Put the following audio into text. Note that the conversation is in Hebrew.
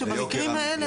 אומרת,